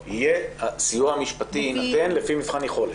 הסיוע המשפטי יינתן לפי מבחן יכולת.